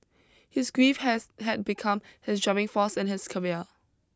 his grief has had become his driving force in his career